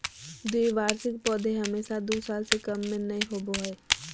द्विवार्षिक पौधे हमेशा दू साल से कम में नयय होबो हइ